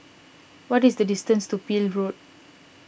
what is the distance to Peel Road